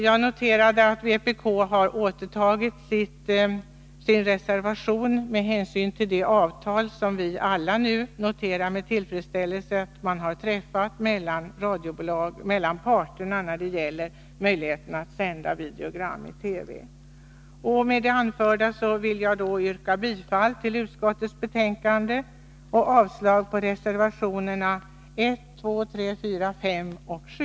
Jag observerade att vpk återtagit sin reservation nr 10 med hänsyn till det avtal som vi alla med tillfredsställelse noterar har träffats mellan parterna när det gäller möjligheterna att sända videogram i TV. Med det anförda yrkar jag bifall till utskottets hemställan och avslag på reservationerna 1, 2, 3, 4, 5 och 7.